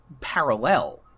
parallel